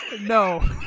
No